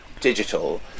digital